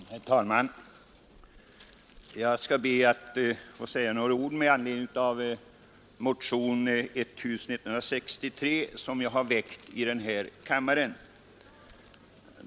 Herr talman! Jag skall be att få säga några ord med anledning av motionen 1163 som jag väckt här i riksdagen.